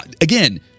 again